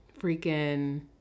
freaking